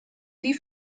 die